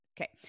Okay